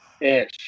ish